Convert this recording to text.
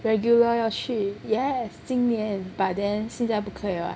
regular 要去 yes 今年 but then 现在不可以 [what]